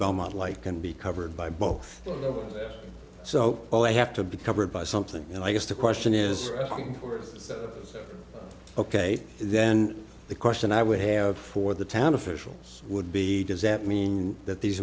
belmont like can be covered by both so all they have to be covered by something and i guess the question is worth is that ok then the question i would have for the town officials would be does that mean that these